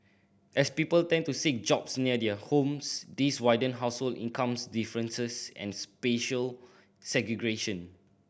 as people tend to seek jobs near their homes this widen household incomes differences and spatial segregation